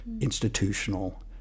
Institutional